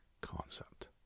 concept